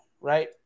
right